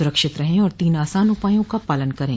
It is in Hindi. सुरक्षित रहें और तीन आसान उपायों का पालन करें